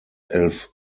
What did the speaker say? elf